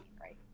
right